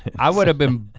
i would have been